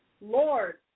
Lord